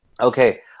okay